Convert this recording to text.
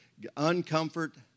uncomfort